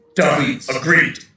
Agreed